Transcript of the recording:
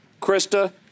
Krista